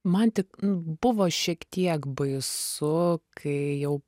man tik buvo šiek tiek baisu kai jau